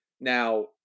Now